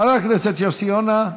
חבר הכנסת יוסי יונה,